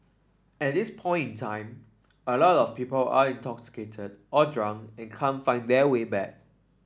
at this point time a lot of people are intoxicated or drunk and can't find their way back